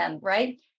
right